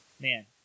man